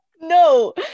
No